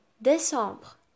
décembre